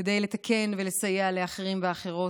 כדי לתקן ולסייע לאחרים ואחרות.